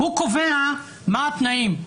הוא קובע מה התנאים.